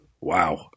Wow